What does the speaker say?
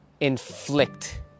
inflict